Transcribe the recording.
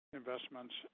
investments